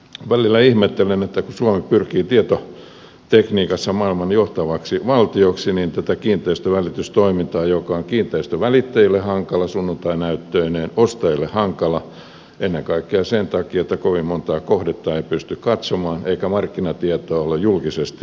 välillä ihmettelen että kun suomi pyrkii tietotekniikassa maailman johtavaksi valtioksi niin se ei päde tässä kiinteistönvälitystoiminnassa joka on kiinteistönvälittäjille hankala sunnuntainäyttöineen ostajalle hankala ennen kaikkea sen takia että kovin montaa kohdetta ei pysty katsomaan eikä markkinatietoa ole julkisesti saatavissa